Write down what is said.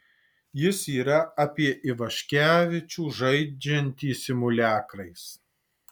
jis yra apie ivaškevičių žaidžiantį simuliakrais